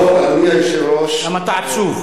טוב, אדוני היושב-ראש, למה אתה עצוב?